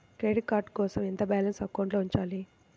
Credit card కోసం ఎంత balance అకౌంట్లో ఉంచాలి?